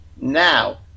Now